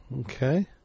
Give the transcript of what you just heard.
Okay